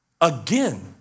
again